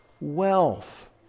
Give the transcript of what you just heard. wealth